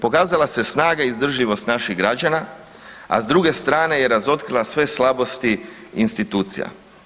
Pokazala se snaga i izdržljivost naših građana, a s druge strane je razotkrila sve slabosti institucija.